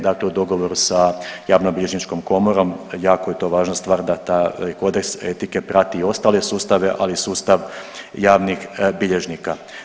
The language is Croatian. Dakle, u dogovoru sa Javnobilježničkom komorom jako je to važna stvar da taj Kodeks etike prati i ostale sustave, ali i sustav javnih bilježnika.